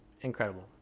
Incredible